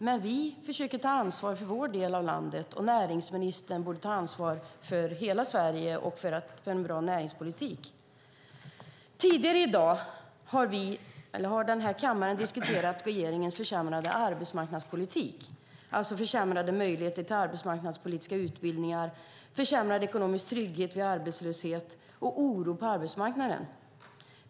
Men vi försöker ta ansvar för vår del av landet, och näringsministern borde ta ansvar för hela Sverige och för en bra näringspolitik. Tidigare i dag har kammaren diskuterat regeringens försämrade arbetsmarknadspolitik, alltså försämrade möjligheter till arbetsmarknadspolitiska utbildningar, försämrad ekonomisk trygghet vid arbetslöshet och oro på arbetsmarknaden.